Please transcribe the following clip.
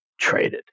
traded